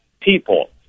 people